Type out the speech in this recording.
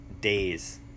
days